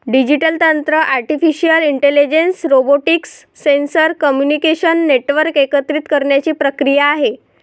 digital तंत्र artificial intelligence, robotics, sensor, communication network एकत्रित करण्याची प्रक्रिया आहे